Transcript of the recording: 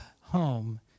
home